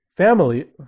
family